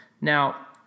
now